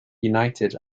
united